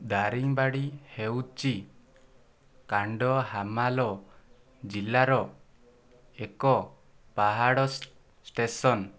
ଦାରିଙ୍ଗବାଡ଼ି ହେଉଛି କାଣ୍ଡହାମାଲ ଜିଲ୍ଲାର ଏକ ପାହାଡ଼ ଷ୍ଟେସନ